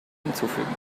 hinzufügen